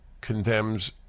condemns